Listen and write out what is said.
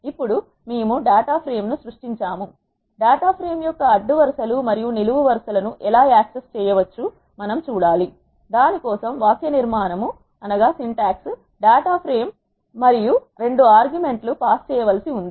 ఇప్పుడు మేము data frame ను సృష్టించాము డేటా ఫ్రేమ్ యొక్క అడ్డు వరు సలు మరియు నిలువు వరుస లను ఎలా యాక్సెస్ చేయవచ్చు మనం చూడా లి దాని కోసం వాక్యనిర్మాణం డేటా ఫ్రేమ్ మరియు 2 ఆర్గ్యుమెంట్స్ పాస్ చేయవలసి ఉంది